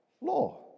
law